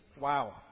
wow